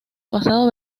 pasado